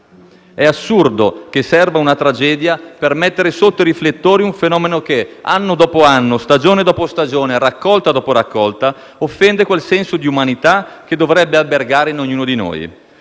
È assurdo che serva una tragedia per mettere sotto i riflettori un fenomeno che, anno dopo anno, stagione dopo stagione, raccolta dopo raccolta, offende quel senso di umanità che dovrebbe albergare in ognuno di noi.